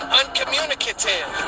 uncommunicative